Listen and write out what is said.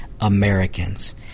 Americans